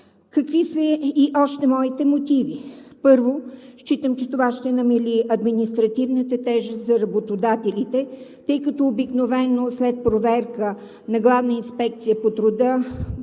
Какви са още моите мотиви? Първо, считам, че това ще намали административната тежест за работодателите, тъй като обикновено след проверка на Главната инспекция по труда